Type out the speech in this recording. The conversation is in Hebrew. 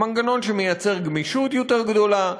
זה מנגנון שמייצר גמישות יותר גדולה,